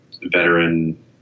veteran